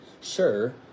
sure